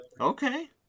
Okay